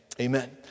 amen